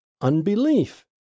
unbelief